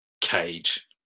cage